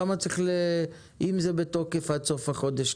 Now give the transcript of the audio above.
למה צריך אם זה בתוקף עד סוף החודש,